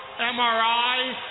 MRI